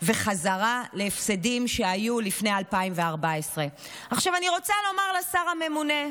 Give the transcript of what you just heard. וחזרה להפסדים שהיו לפני 2014. אני רוצה לומר לשר הממונה,